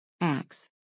Acts